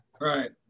right